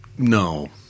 No